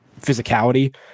physicality